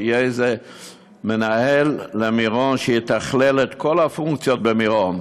שיהיה איזה מנהל למירון שיתכלל את כל הפונקציות במירון.